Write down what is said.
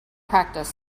practice